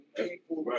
people